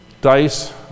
dice